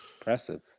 impressive